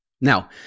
Now